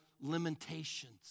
limitations